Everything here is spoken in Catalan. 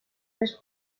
més